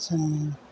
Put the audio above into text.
जोङो